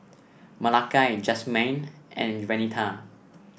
Malakai Jasmyne and Venita